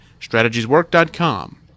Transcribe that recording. strategieswork.com